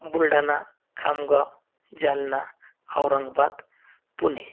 Buldhana Khamgaon Jalna Aurangabad Pune